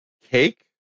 cake